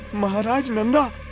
maharaj nanda!